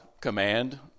command